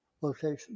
location